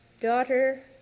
daughter